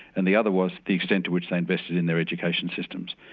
and the other was the extent to which they invested in their education systems.